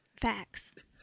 Facts